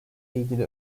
ilgili